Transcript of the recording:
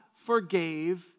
Forgave